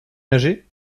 nager